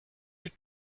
your